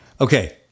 Okay